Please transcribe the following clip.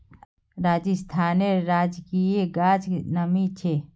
राजस्थानेर राजकीय गाछ शमी छे